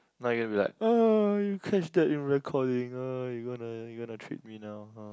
now you gonna be like you catch that in recording you gonna you gonna trick me now